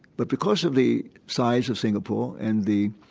but because of the size of singapore, and the